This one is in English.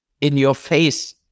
in-your-face